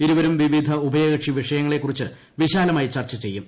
ഇരുവരും വിവിധ ഉഭയകക്ഷി വിഷയങ്ങളെക്കുറിച്ച് വിശാലമായി ചർച്ച ചെയ്യും